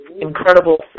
incredible